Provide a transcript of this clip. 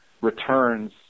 returns